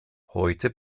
heute